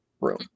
Room